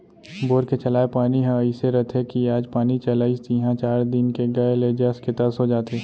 bore के चलाय पानी ह अइसे रथे कि आज पानी चलाइस तिहॉं चार दिन के गए ले जस के तस हो जाथे